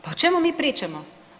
Pa o čemu mi pričamo?